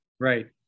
Right